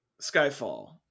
skyfall